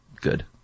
good